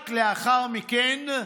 רק לאחר מכן,